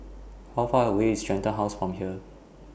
How Far away IS Shenton House from here